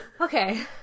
Okay